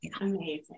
Amazing